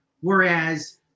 whereas